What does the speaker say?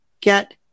get